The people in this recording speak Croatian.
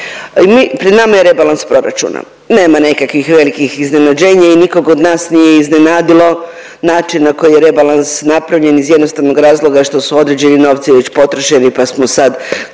Pred nama je rebalans proračuna, nema nekakvih velikih iznenađenja i nikog od nas nije iznenadilo način na koji je rebalans napravljen iz jednostavnog razloga što su određeni novci već potrošeni, pa smo sad tu